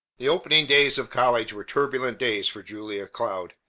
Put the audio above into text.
the opening days of college were turbulent days for julia cloud.